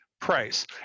price